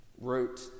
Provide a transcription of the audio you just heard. wrote